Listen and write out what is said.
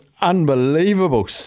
unbelievable